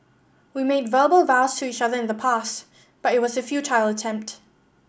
we made verbal vows to each other in the past but it was a futile attempt